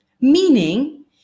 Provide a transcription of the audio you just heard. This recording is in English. meaning